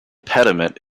pediment